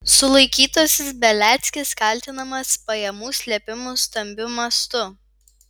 sulaikytasis beliackis kaltinamas pajamų slėpimu stambiu mastu